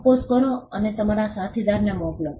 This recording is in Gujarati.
કંપોઝ કરો અને તમારા સાથીદારને મોકલો